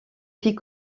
fit